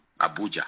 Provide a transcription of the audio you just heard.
Abuja